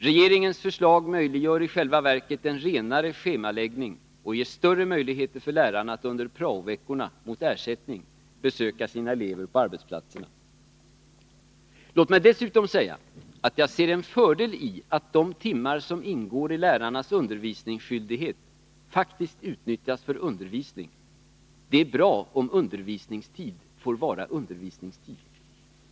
Regeringens förslag möjliggör i själva verket en renare schemaläggning och ger större möjligheter för lärarna att under prao-veckorna - mot ersättning — besöka sina elever på arbetsplatserna. Låt mig dessutom säga att jag ser en fördel i att de timmar som ingår i lärarnas undervisningsskyldighet faktiskt utnyttjas för undervisning. Det är bra om undervisningstid får vara undervisningstid.